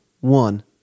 one